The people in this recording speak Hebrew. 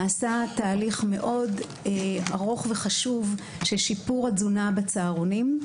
נעשה תהליך מאוד ארוך וחשוב של שיפור התזונה בצהרונים,